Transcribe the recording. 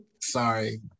Sorry